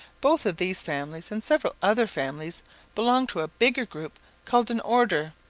both of these families and several other families belong to a bigger group called an order,